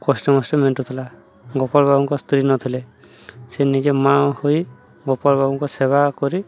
କଷ୍ଟ ମଷ୍ଟ ମେଣ୍ଟୁଥିଲା ଗୋପାଳ ବାବୁଙ୍କ ସ୍ତ୍ରୀ ନଥିଲେ ସେ ନିଜେ ମା ହୋଇ ଗୋପଳବାବୁଙ୍କ ସେବା କରି